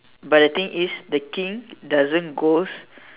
but the thing is the King doesn't goes